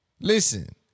Listen